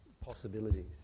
possibilities